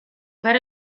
per